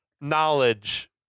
knowledge